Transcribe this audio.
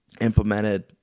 implemented